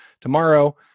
tomorrow